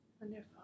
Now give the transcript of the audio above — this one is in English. Wonderful